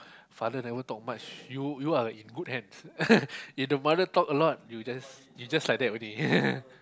father never talk much you you are in good hands if the mother talk a lot you just you just like that only